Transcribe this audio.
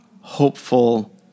hopeful